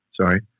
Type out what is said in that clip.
sorry